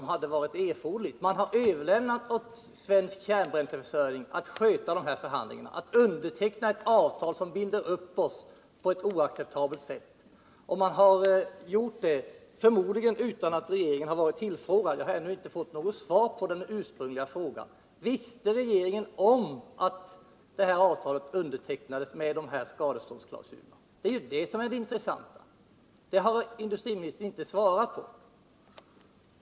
Man har överlämnat åt Svensk Kärnbränsleförsörjning AB att sköta de här förhandlingarna, att underteckna ett avtal som binder oss på ett oacceptabelt sätt. Antagligen har man gjort det utan att regeringen tillfrågats. Jag har ännu inte fått något svar på den ursprungliga frågan: Visste regeringen om att avtalet undertecknades med de här skadeståndsklausulerna? Det är det som är det intressanta, men det har energiministern inte svarat på.